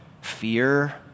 fear